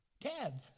Dad